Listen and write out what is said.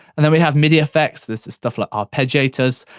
and then we have midi effects. this is stuff like arpeggiators.